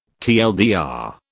TLDR